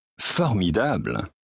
Formidable